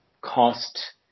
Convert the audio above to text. cost